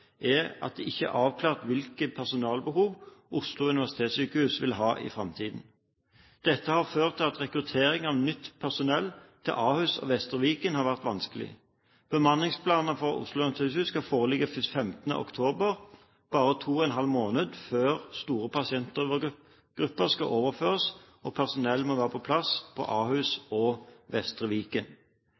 er at det ikke er avklart hvilke personalbehov Oslo universitetssykehus vil ha i framtiden. Dette har ført til at rekruttering av nytt personell til Ahus og Vestre Viken har vært vanskelig. Bemanningsplaner for Oslo universitetssykehus skal foreligge først 15. oktober, bare to og en halv måned før store pasientgrupper skal overføres og personell må være på plass på Ahus og Vestre Viken.